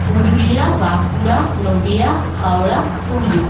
Purulia Bankura Nadia Howrah Hooghly